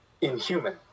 inhuman